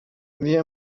wir